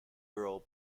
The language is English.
girl